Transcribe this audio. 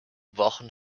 wochen